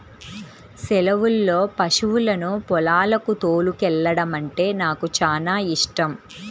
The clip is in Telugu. సెలవుల్లో పశువులను పొలాలకు తోలుకెల్లడమంటే నాకు చానా యిష్టం